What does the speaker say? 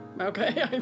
Okay